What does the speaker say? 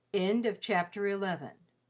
end of chapter eleven